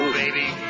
baby